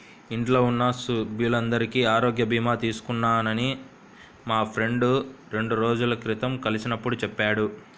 ఇంట్లో ఉన్న సభ్యులందరికీ ఆరోగ్య భీమా తీసుకున్నానని మా ఫ్రెండు రెండు రోజుల క్రితం కలిసినప్పుడు చెప్పాడు